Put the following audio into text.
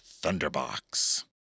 Thunderbox